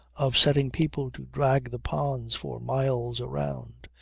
of setting people to drag the ponds for miles around.